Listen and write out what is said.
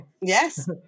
yes